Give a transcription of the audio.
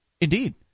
Indeed